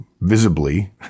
visibly